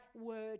word